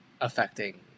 affecting